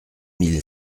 mille